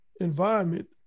environment